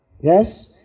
Yes